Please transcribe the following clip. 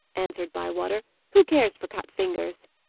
answered bywater. who cares for cut fingers?